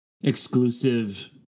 exclusive